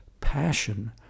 passion